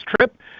trip